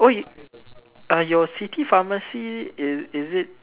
oh y~ uh your city pharmacy is is it